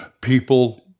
people